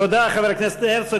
תודה, חבר הכנסת הרצוג.